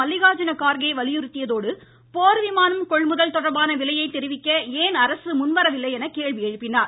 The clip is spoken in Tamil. மல்லிகார்ஜுன கார்கே வலியுறுத்தியதோடு போர் விமானம் கொள்முதல் தொடர்பான விலையை தெரிவிக்க ஏன் முன்வரவில்லை என்று கேள்வி எழுப்பினார்